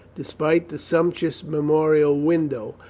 despite the sumptuous memorial window,